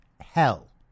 hell